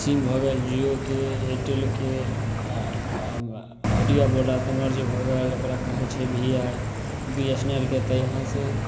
सिम भऽ गेल जिओके एयरटेलके आ आइडिया वोडा तऽ मर्ज भऽ गेल ओकरा कहै छै V I B S N L के तऽ यहाँ से